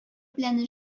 белән